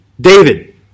David